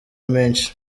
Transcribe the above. menshi